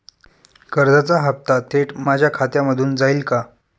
कर्जाचा हप्ता थेट माझ्या खात्यामधून जाईल का?